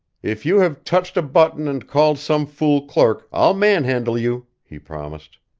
if you have touched a button and called some fool clerk, i'll manhandle you! he promised.